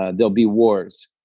ah there'll be wars,